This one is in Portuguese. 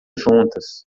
juntas